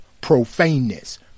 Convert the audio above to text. profaneness